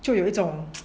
就有一种